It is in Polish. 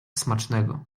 smacznego